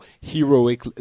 heroic –